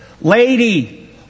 lady